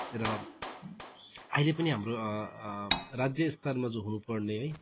र अहिले पनि हाम्रो राज्य स्तरमा जो हुनु पर्ने है